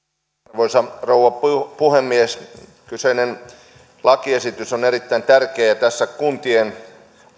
arvoisa rouva puhemies kyseinen lakiesitys on erittäin tärkeä ja tässä kuntien